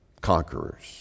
conquerors